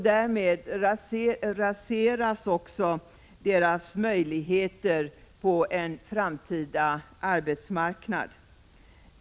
Därmed raseras också deras möjligheter på en framtida arbetsmarknad.